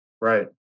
Right